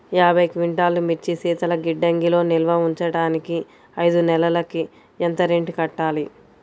యాభై క్వింటాల్లు మిర్చి శీతల గిడ్డంగిలో నిల్వ ఉంచటానికి ఐదు నెలలకి ఎంత రెంట్ కట్టాలి?